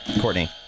Courtney